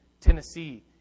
Tennessee